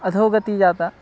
अधोगतिः जाता